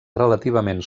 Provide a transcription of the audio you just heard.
relativament